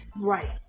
Right